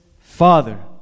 father